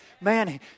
Man